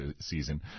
season